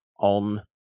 on